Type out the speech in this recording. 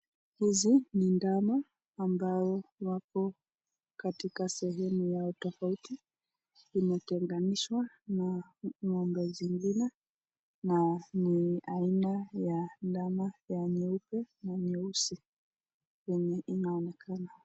Hizi ni ndama ambao wako katika sehemu yao tofauti , imetenganishwa na ng'ombe zingine na ni aina ya ndama ya nyeupe na nyeusi yenye inaonekana.